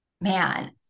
man